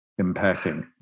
impacting